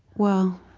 well,